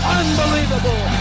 unbelievable